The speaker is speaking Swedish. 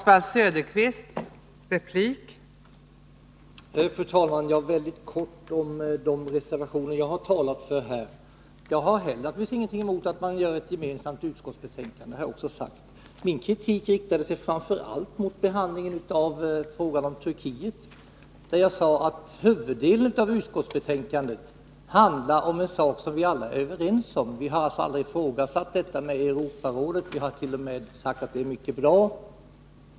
Fru talman! Bara väldigt kort om de reservationer som jag här har talat för. Naturligtvis har inte heller jag något emot ett gemensamt betänkande, och det har jag tidigare framfört. Vad jag riktade kritik mot var framför allt behandlingen av frågan om Turkiet. Jag sade att utskottsbetänkandet huvudsakligen handlar om en sak som vi alla är överens om. Vi har alltså aldrig ifrågasatt detta med Europarådet, utan vi hart.o.m. uttalat att det är mycket bra.